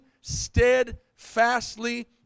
steadfastly